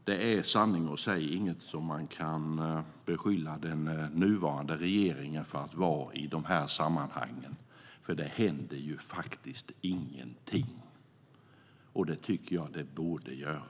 Det är sanningen att säga inget som man kan beskylla den nuvarande regeringen för att vara i dessa sammanhang. Det händer ingenting, och det tycker jag att det borde göra.